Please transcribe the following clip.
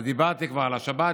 אז דיברתי כבר על השבת,